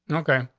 and okay,